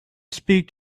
speak